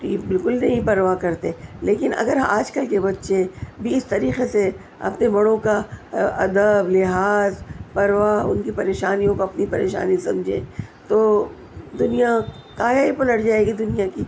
بالکل بھی نہیں پرواہ کرتے لیکن اگر آج کل کے بچے بھی اس طریقے سے اپنے بڑوں کا ادب لحاظ پرواہ ان کی پریشانیوں کو اپنی پریشانی سمجھیں تو جب یہ کایا ہی پلٹ جائے گی دنیا کی